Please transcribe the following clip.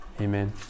Amen